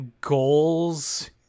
goals